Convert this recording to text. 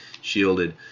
shielded